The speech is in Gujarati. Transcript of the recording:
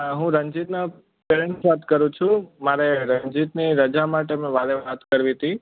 હા હું રણજીતના પેરેન્ટ્સ વાત કરું છું મારે રણજીતને રજા માટે મારે વાત કરવીતી